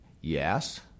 Yes